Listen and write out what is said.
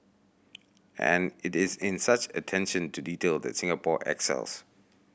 and it is in such attention to detail that Singapore excels